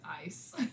ice